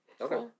Okay